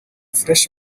french